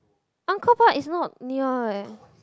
Uncle Bot is not near leh